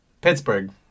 Pittsburgh